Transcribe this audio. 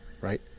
right